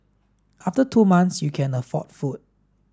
after two months you can afford food